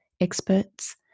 experts